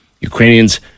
Ukrainians